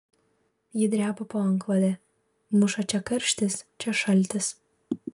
ji dreba po antklode muša čia karštis čia šaltis